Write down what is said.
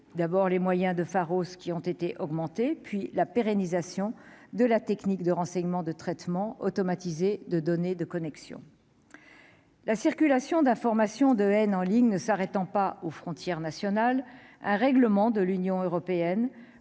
d'abord les moyens de Pharos, qui ont été augmentés, puis la pérennisation de la technique de renseignement de traitement automatisé de données de connexion. La circulation d'informations, de haine en ligne ne s'arrêtant pas aux frontières nationales, un règlement de l'Union européenne